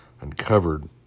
uncovered